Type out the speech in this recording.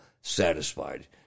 satisfied